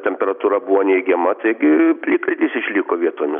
temperatūra buvo neigiama taigi plikledis išliko vietomis